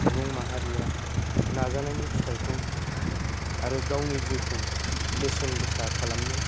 सुबुं माहारिया नाजानायनि फिथाइखौ आरो गावनि जिउखौ बेसेन गोसा खालामनो